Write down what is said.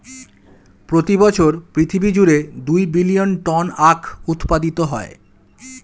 প্রতি বছর পৃথিবী জুড়ে দুই বিলিয়ন টন আখ উৎপাদিত হয়